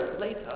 later